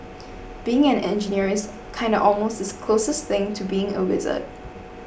being an engineer is kinda almost the closest thing to being a wizard